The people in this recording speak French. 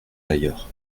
ailleurs